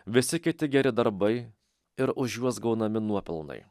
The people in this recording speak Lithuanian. visi kiti geri darbai ir už juos gaunami nuopelnai